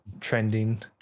trending